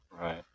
Right